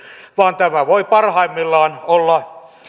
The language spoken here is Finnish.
vaan tämä voi parhaimmillaan olla